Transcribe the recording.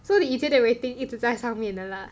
so is it the rating 一直在上面的 lah